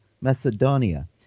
Macedonia